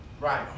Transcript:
Right